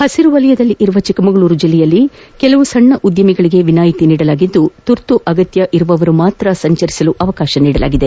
ಪಸಿರು ವಲಯದಲ್ಲಿರುವ ಚಿಕ್ಕಮಗಳೂರು ಜಲ್ಲೆಯಲ್ಲಿ ಕೆಲ ಸಣ್ಣ ಉದ್ದಮಿಗಳಿಗೆ ವಿನಾಯಿತಿ ನೀಡಲಾಗಿದ್ದು ತುರ್ತು ಅಗತ್ಯವಿರುವವರು ಮಾತ್ರ ಸಂಚರಿಸಲು ಅವಕಾಶ ಕಲ್ಪಿಸಲಾಗಿದೆ